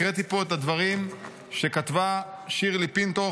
הקראתי פה את הדברים שכתבה שירלי פינטו,